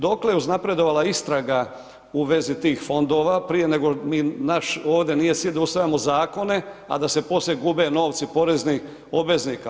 Dokle je uznapredovala istraga u vezi tih fondova prije nego mi naš ovdje nije cilj da usvajamo zakone a da se poslije gube novci poreznih obveznika.